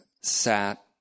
sat